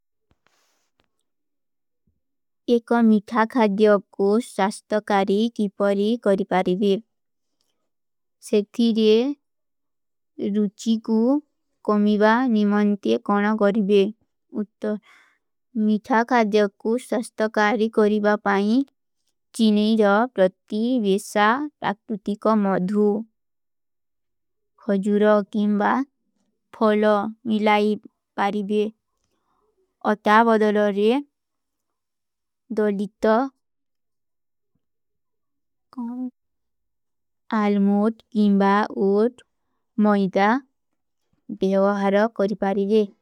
ଏକା ମିଠା ଖାଡିଯାକୋ ସ୍ଵାଗତ କାରୀ କୀ ପରୀ କରୀ ପାରୀବେ। ସେଖୀରେ ରୂଚୀ କୂ କମୀବା ନିମନ୍ତେ କାନା କରୀବେ। ଉତ୍ତ ମିଠା ଖାଡିଯାକୋ ସ୍ଵାଗତ କାରୀ କରୀବା ପାଇଂ ଚୀନୀ ଜା ପ୍ରତୀ ଵେଶା ପ୍ରକ୍ତୁତି କୋ ମଧୂ। ଖଜୁରା ଗିଂବା ଫଲା ମିଲାଈ ପାରୀବେ। ଅତା ବଦଲାରେ ଦୋ ଲିଟା କାନ। ଆଲମୋଦ ଗିଂବା ଓଟ ମାଈଦା ବେଵାହରା କରୀ ପାରୀବେ।